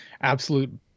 absolute